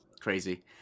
Crazy